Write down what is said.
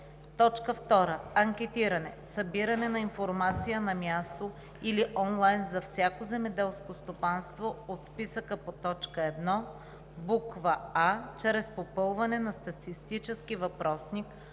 20; 2. анкетиране – събиране на информация на място или онлайн за всяко земеделско стопанство от списъка по т. 1, буква „а“ чрез попълване на статистически въпросник,